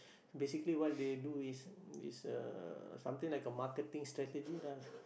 basically what they do is is uh something like a marketing strategy lah